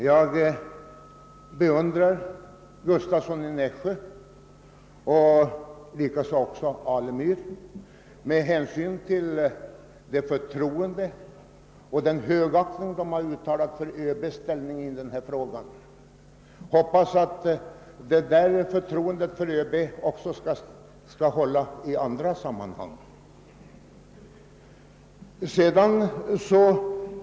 Jag beundrar herr Gustavsson i Nässjö och herr Alemyr för det förtroende och den högaktning som de har uttalat för ÖB i denna fråga — jag hoppas att det förtroendet skall hålla även i andra sammanhang.